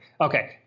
Okay